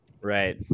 Right